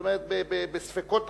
בספקות רבים,